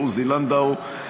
עוזי לנדאו,